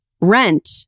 rent